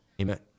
Amen